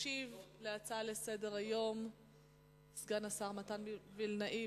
ישיב על ההצעה לסדר-היום סגן השר מתן וילנאי,